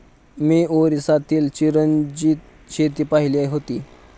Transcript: मी ओरिसातील चिरोंजीची शेती पाहिली होती